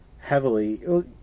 Heavily